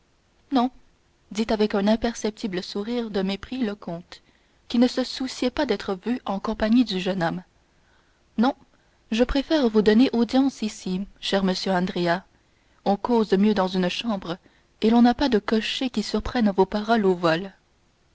non dit avec un imperceptible sourire de mépris le comte qui ne se souciait pas d'être vu en compagnie du jeune homme non je préfère vous donner audience ici cher monsieur andrea on cause mieux dans une chambre et l'on n'a pas de cocher qui surprenne vos paroles au vol